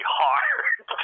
hard